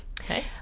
okay